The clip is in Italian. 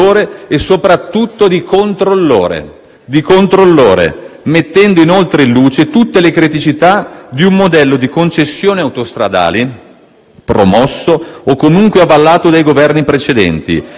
di controllore, mettendo inoltre in luce tutte le criticità di un modello di concessioni autostradali promosso, o comunque avallato, dai Governi precedenti, vergognosamente sbilanciato